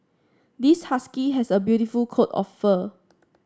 this husky has a beautiful coat of fur